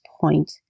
point